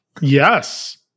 yes